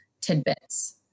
tidbits